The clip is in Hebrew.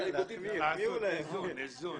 לעשות איזון.